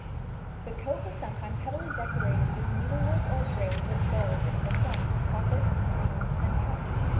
the coat was sometimes heavily decorated with needlework or braids of gold down the front, pockets, seams, and cuffs.